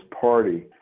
Party